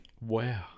wow